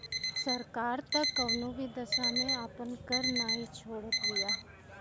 सरकार तअ कवनो भी दशा में आपन कर नाइ छोड़त बिया